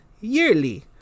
yearly